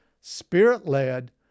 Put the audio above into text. spirit-led